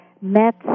met